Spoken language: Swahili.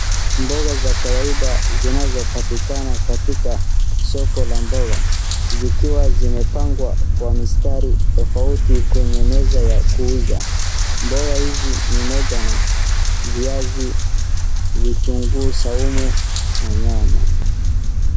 Mboga za kawaida zinazopatikana katika soko la mboga, zikiwa zimepangwa kwa mstari tofauti kwenye meza yakuuza. Mboga hizi ni moja na viazi, vitungu saumu na nyanya.